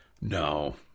no